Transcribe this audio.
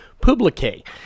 Publique